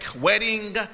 Wedding